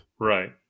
Right